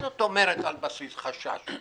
מה זאת אומרת על בסיס חשש?